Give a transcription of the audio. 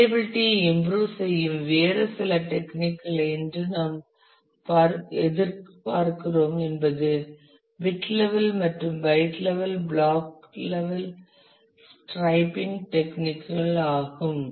reliability ஐ improve செய்யும் வேறு சில டெக்னிக்களை இன்று நாம் எதிர்பார்க்கிறோம் என்பது பிட் லெவல் மற்றும் byte level block level striping டெக்னிக்கள் ஆகும்